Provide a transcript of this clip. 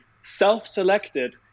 self-selected